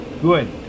Good